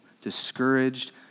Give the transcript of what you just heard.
discouraged